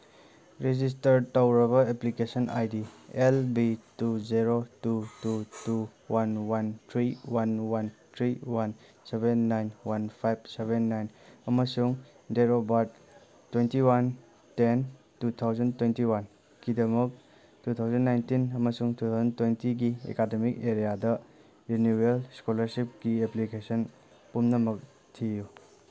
register ꯇꯧꯔꯕ application I D L B two zero two two two one one three one one three one seven nine one five seven nine ꯑꯃꯁꯨꯡ date of birth twenty one ten two thousand twenty ꯋꯥꯟꯀꯤꯗꯃꯛ two thousand nineteen ꯑꯃꯁꯨꯡ two thousand ꯇ꯭ꯋꯦꯟꯇꯤꯒꯤ academic ꯑꯦꯔꯤꯌꯥꯗ renewal ꯏꯁꯀꯣꯂꯥꯔꯁꯤꯞꯀꯤ application ꯄꯨꯝꯅꯃꯛ ꯊꯤꯌꯨ